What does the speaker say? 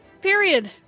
period